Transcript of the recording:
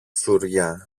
φλουριά